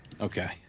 Okay